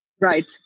Right